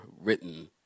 written